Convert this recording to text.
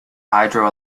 hydro